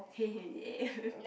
hey hey